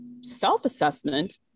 self-assessment